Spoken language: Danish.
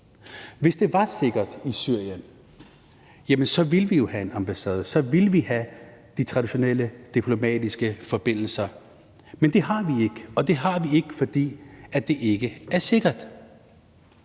Hvis det var sikkert i Syrien, jamen så ville vi jo have en ambassade; så ville vi have de traditionelle diplomatiske forbindelser. Men det har vi ikke, og det har vi ikke, fordi det ikke er sikkert.